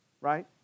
right